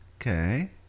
Okay